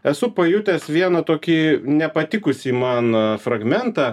esu pajutęs vieną tokį nepatikusį man fragmentą